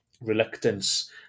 reluctance